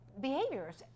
behaviors